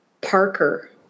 Parker